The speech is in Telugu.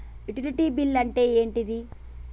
యుటిలిటీ బిల్ అంటే ఏంటిది?